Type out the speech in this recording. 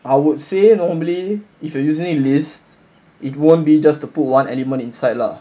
I would say you normally if you using list it won't be just to put one element inside lah